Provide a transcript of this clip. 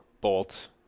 bolts